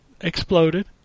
Exploded